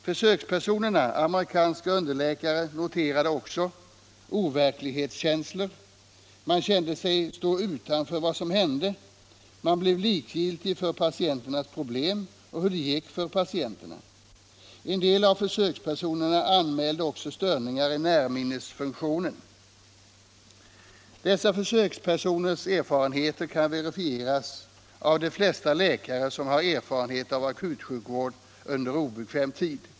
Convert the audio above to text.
Försökspersonerna — amerikanska underläkare — noterade också overklighetskänslor, att man kände sig stå utanför vad som hände, att man blev likgiltig för patienternas problem och hur det gick för patienterna. En del av försökspersonerna anmälde också störningar i närminnesfunktionen. Dessa försökspersoners erfarenheter kan verifieras av de flesta läkare som har erfarenhet av akutsjukvård under obekväm tid.